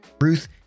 Ruth